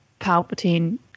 Palpatine